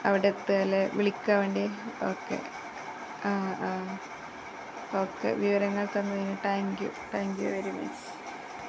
അവിടെത്തുക അല്ലേ വിളിക്കുകയാണോ വേണ്ടത് ഓക്കെ ആ ആ ഓക്കെ വിവരങ്ങൾ തന്നതിന് താങ്ക്യൂ താങ്ക്യൂ വെരി മച്ച്